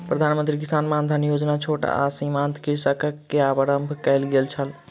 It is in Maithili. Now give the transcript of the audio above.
प्रधान मंत्री किसान मानधन योजना छोट आ सीमांत कृषकक लेल आरम्भ कयल गेल छल